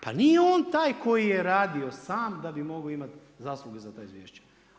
Pa nije on taj koji je radio sam da bi mogao imat zasluge za ta izvješća.